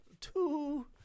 two